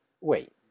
wait